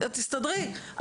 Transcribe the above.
תסתדרי.